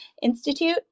Institute